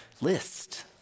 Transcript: list